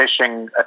phishing